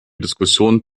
diskussionen